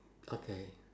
okay